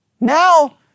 Now